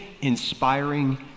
inspiring